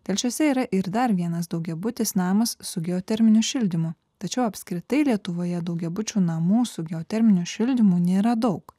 telšiuose yra ir dar vienas daugiabutis namas su geoterminiu šildymu tačiau apskritai lietuvoje daugiabučių namų su geoterminiu šildymu nėra daug